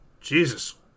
Jesus